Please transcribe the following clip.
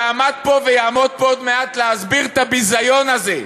שעמד פה ויעמוד פה עוד מעט להסביר את הביזיון הזה,